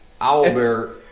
owlbear